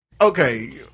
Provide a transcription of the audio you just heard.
okay